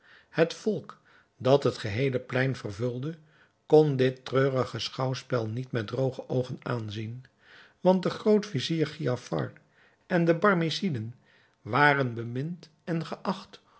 het volk dat het geheele plein vervulde kon dit treurige schouwspel niet met drooge oogen aanzien want de groot-vizier giafar en de barmeciden waren bemind en geacht